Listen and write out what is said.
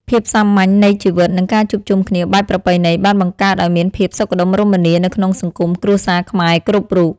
ភាពសាមញ្ញនៃជីវិតនិងការជួបជុំគ្នាបែបប្រពៃណីបានបង្កើតឱ្យមានភាពសុខដុមរមនានៅក្នុងសង្គមគ្រួសារខ្មែរគ្រប់រូប។